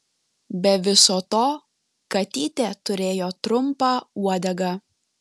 be viso to katytė turėjo trumpą uodegą